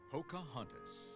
Pocahontas